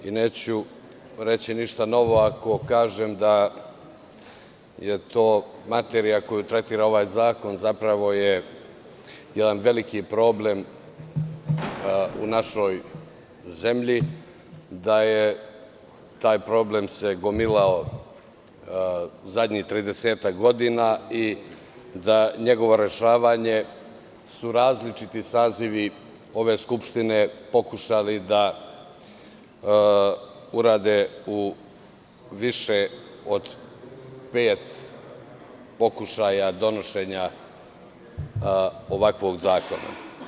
Neću reći ništa novo ako kažem da je materija koju tretira ovaj zakon zapravo jedan veliki problem u našoj zemlji, da se taj problem gomilao zadnjih 30-ak godina i da su njegovo rešavanje različiti sazivi ove Skupštine pokušali da urade u više od pet pokušaja donošenja ovakvog zakona.